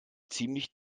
ziemlich